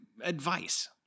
advice